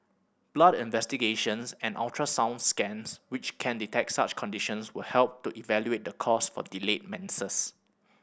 blood investigations and ultrasound scans which can detect such conditions will help to evaluate the cause for delayed menses